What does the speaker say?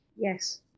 Yes